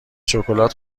شکلات